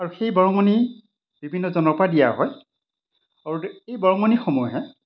আৰু সেই বৰঙণি বিভিন্নজনৰ পৰা দিয়া হয় আৰু এই বৰঙণিসমূহে